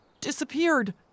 disappeared